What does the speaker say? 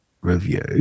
review